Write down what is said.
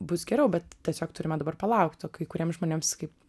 bus geriau bet tiesiog turime dabar palaukti kai kuriems žmonėms kaip